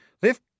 They've